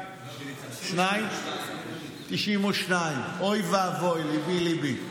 92. 92. אוי ואבוי, ליבי-ליבי.